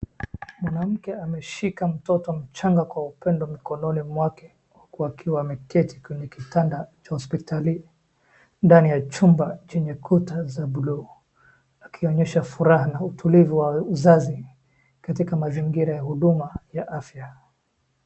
Mwanamke ameshika mtoto mchanga kwa upendo mkononi mwake wakiwa wameketi kwenye kitanda cha hospitali ndani ya chumba chenye kuta za bulu akionyesha furaha na utulivu wa uzazi katika mazingira ya huduma ya afya.